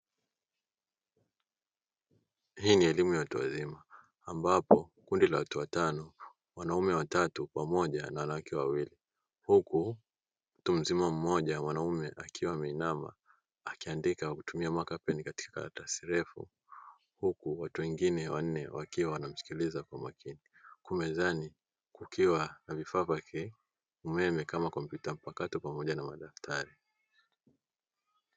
Hii ni elimu ya watu wazima, ambapo kundi la watu watano wanaume watatu pamoja na wanawake wawili, huku mtu mzima mmoja mwanaume akiwa ameinama akiandika kwa kutumia makapeni katika karatasi refu huku watu wengine wanne wakiwa wanamsikiliza kwa makini, huku mezani kukiwa na vifaa vya umeme kama kompyuta mpakato pamoja na madaftari.